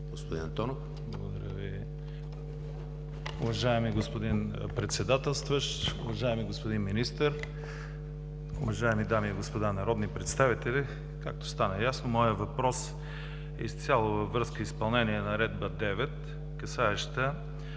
България): Благодаря Ви, уважаеми господин Председателстващ! Уважаеми господин Министър, уважаеми дами и господа народни представители! Както стана ясно моят въпрос е изцяло във връзка с изпълнение на Наредба № 9, касаеща